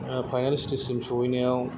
final स्टेजसिम सौहैनायाव